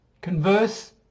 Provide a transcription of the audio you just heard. converse